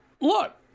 look